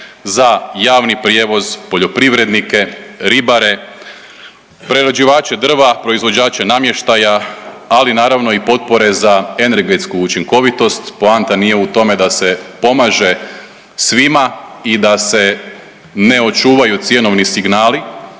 za javni prijevoz poljoprivrednike, ribare, prerađivače drva, proizvođače namještaja, ali naravno i potpore za energetsku učinkovitost, poanta nije u tome da se pomaže svima i da se ne očuvaju cjenovni signali